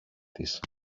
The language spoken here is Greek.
της